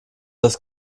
das